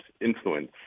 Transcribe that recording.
influence